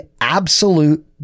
absolute